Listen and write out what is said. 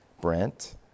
Brent